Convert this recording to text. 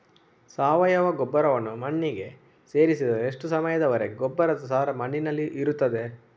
ಸಾವಯವ ಗೊಬ್ಬರವನ್ನು ಮಣ್ಣಿಗೆ ಸೇರಿಸಿದರೆ ಎಷ್ಟು ಸಮಯದ ವರೆಗೆ ಗೊಬ್ಬರದ ಸಾರ ಮಣ್ಣಿನಲ್ಲಿ ಇರುತ್ತದೆ?